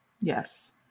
Yes